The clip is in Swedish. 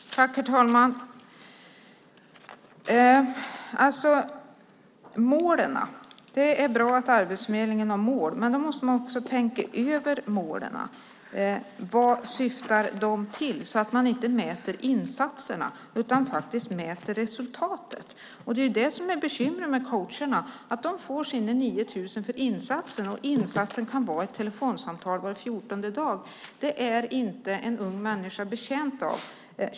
Herr talman! När det gäller målen är det bra att Arbetsförmedlingen har mål, men man måste också tänka över dem - vad syftar de till? - så att man inte mäter insatserna utan faktiskt resultatet. Det är det som är bekymret med coacherna, nämligen att de får sina 9 000 för insatsen, och insatsen kan vara ett telefonsamtal var fjortonde dag. Det är inte en ung människa betjänt av.